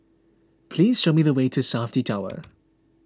please show me the way to Safti Tower